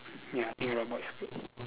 ya think robot is good